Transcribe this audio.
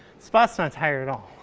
spot's not tired at all.